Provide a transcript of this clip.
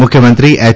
મુખ્યમંત્રી એચ